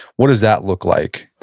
what does that look like?